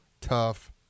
tough